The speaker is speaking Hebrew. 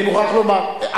אני מוכרח לומר,